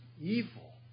evil